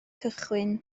cychwyn